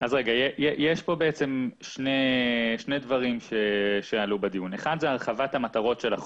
יש פה שני דברים שעלו בדיון אחד זה הרחבת המטרות של החוק.